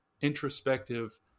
introspective